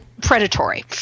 predatory